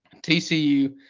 TCU